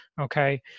okay